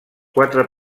quatre